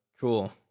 Cool